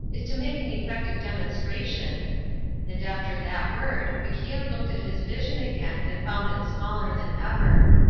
is to make an effective demonstration and after that word, macian looked at his vision again and found it smaller than ever.